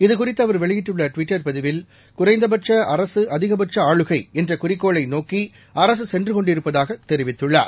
இதுகுறித்து அவர் வெளியிட்டுள்ள டுவிட்டர் பதிவில் குறைந்தபட்ச அரசு அதிகபட்ச ஆளுகை என்ற குறிக்கோளை நோக்கி அரசு சென்று கொண்டிருப்பதாகத் தெரிவித்துள்ளார்